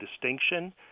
distinction